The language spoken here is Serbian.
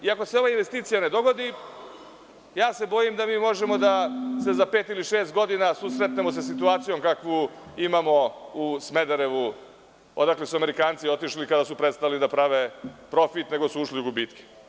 Ako se ova investicija ne dogodi, bojim se da možemo za pet, šest godina da se sretnemo sa situacijom kakvu imamo u Smederevu, odakle su Amerikanci otišli, kada su prestali da prave profit, nego su ušli u gubitke.